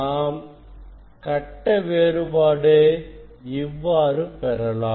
நாம் கட்ட வேறுபாடு இவ்வாறு பெறலாம்